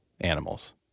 animals